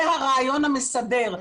זה הרעיון המסדר.